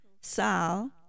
Sal